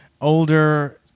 older